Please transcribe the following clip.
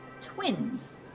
twins